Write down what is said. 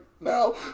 now